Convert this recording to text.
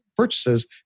purchases